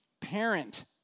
parent